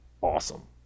awesome